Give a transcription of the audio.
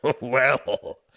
Well